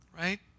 Right